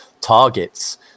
targets